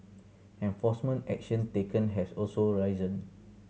enforcement action taken has also risen